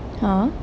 !huh!